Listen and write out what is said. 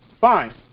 fine